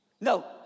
No